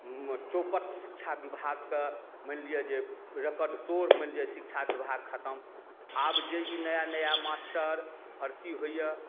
चौपट शिक्षा विभागके मानि लिअ जे रेकर्ड तोड़ मानि लिअ शिक्षा विभाग खतम आब जे ई नया नया मास्टर भर्ती होइया